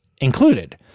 included